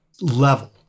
level